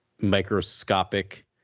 microscopic